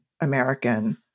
American